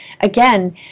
again